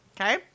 Okay